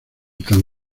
tan